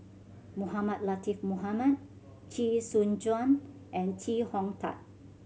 Mohamed Latiff Mohamed Chee Soon Juan and Chee Hong Tat